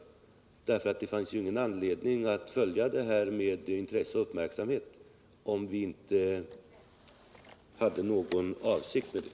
Det skulle nämligen inte finnas någon anledning att följa dessa diskussioner och överväganden med intresse och uppmärksamhet, om vi inte hade någon avsikt med det.